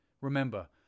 Remember